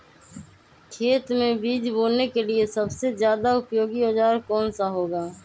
खेत मै बीज बोने के लिए सबसे ज्यादा उपयोगी औजार कौन सा होगा?